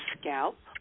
scalp